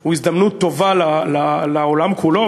הוא הזדמנות טובה לעולם כולו,